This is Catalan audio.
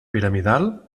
piramidal